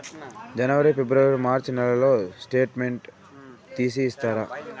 జనవరి, ఫిబ్రవరి, మార్చ్ నెలల స్టేట్మెంట్ తీసి ఇస్తారా?